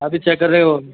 अभी चेक कर रहे हैं वो